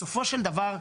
בסופו של דבר,